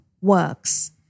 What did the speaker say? works